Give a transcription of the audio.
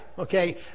Okay